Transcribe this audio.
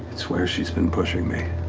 it's where she's been pushing me.